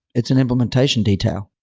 it's an implementation detail.